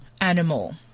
Animal